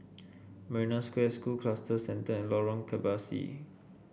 Marina Square School Cluster Centre and Lorong Kebasi